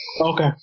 Okay